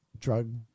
Drug